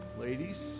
ladies